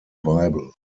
bible